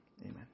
amen